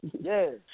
Yes